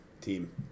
team